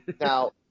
Now